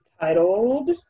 Titled